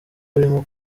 birimo